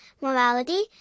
morality